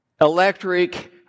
electric